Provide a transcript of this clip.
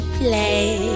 play